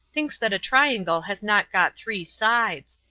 thinks that a triangle has not got three sides.